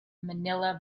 manila